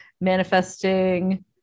manifesting